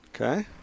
Okay